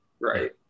Right